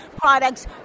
products